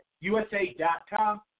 USA.com